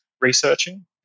researching